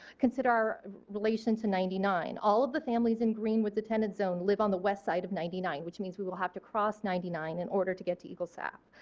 consider our relation to ninety nine. all of the families in greenwood's attendance zone live on the west side of ninety nine which means we would have to cross ninety nine in order to get to eagle staff.